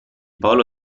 pollo